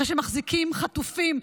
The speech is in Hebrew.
אחרי שמחזיקים חטופים,